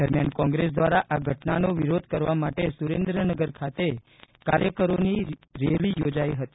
દરમ્યાન કોંગ્રેસ દ્વારા આ ઘટનાનો વિરોધ કરવા માટે સુરેન્દ્રનગર ખાતે કાર્યકરોની રેલી યોજાઈ હતી